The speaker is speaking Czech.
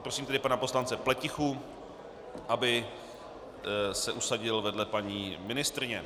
Prosím pana poslance Pletichu, aby se usadil vedle paní ministryně.